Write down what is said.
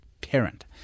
parent